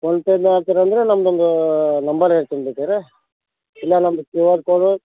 PhonePe ಮಾಡ್ತೀರಂದರೆ ನಮ್ದೊಂದು number ಹೇಳ್ತೀನಿ ಬೇಕಿದ್ದರೆ ಇಲ್ಲ ನಮ್ಮದು ಕ್ಯೂ ಆರ್ ಕೋಡು